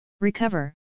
recover